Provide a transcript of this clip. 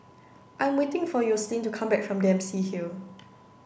I'm waiting for Yoselin to come back from Dempsey Hill